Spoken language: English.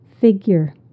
Figure